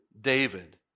David